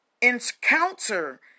encounter